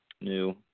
new